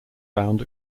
found